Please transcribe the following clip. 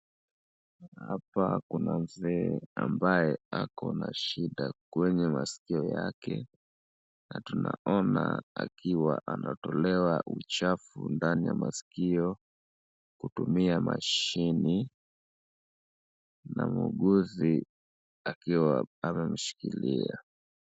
Hapa kuna mzee ambaye ako na shida kwenye masikio yake na tunaona akiwa anatolewa uchafu ndani ya masikio kutumia mashini na muuguzi akiwa amemshikilia.